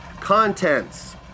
Contents